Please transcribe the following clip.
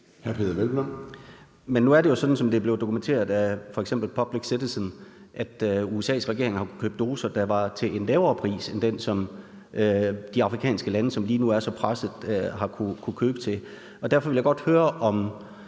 Peder Hvelplund (EL): Men nu er det jo sådan, som det er blevet dokumenteret af f.eks. Public Citizen, at USA's regering har købt doser, der var til en lavere pris end den, som de afrikanske lande, som lige nu er så pressede, har kunnet købe dem til. Derfor ville jeg godt høre, om